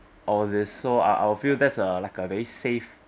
all these so I I will feel there's a like a very safe